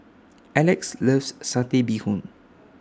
Elex loves Satay Bee Hoon